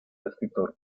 escritor